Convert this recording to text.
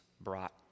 brought